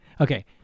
okay